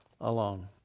alone